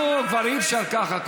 אי-אפשר להמשיך ככה.